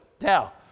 Now